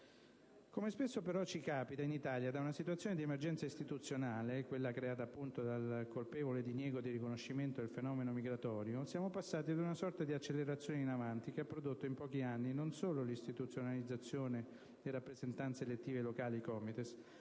Come spesso capita in Italia, però, da una situazione di emergenza istituzionale (quella creata appunto dal colpevole diniego del riconoscimento del fenomeno migratorio), siamo passati ad una sorta di accelerazione in avanti, che ha prodotto in pochi anni non solo l'istituzionalizzazione di rappresentanze elettive locali degli